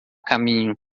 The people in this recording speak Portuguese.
caminho